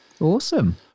awesome